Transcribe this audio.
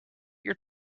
your